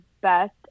best